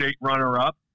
runner-up